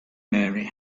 mary